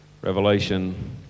Revelation